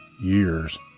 years